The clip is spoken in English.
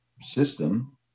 system